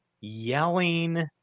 yelling